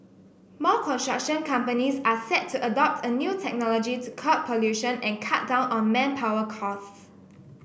more construction companies are set to adopt a new technology to curb pollution and cut down on manpower costs